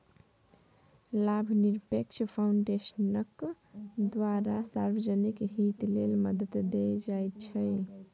लाभनिरपेक्ष फाउन्डेशनक द्वारा सार्वजनिक हित लेल मदद देल जाइत छै